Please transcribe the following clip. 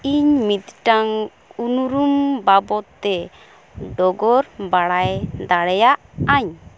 ᱤᱧ ᱢᱤᱫᱽᱴᱟᱝ ᱩᱱᱩᱨᱩᱢ ᱵᱟᱵᱚᱛ ᱛᱮ ᱰᱚᱜᱚᱨ ᱵᱟᱲᱟᱭ ᱫᱟᱲᱮᱭᱟᱜ ᱟᱹᱧ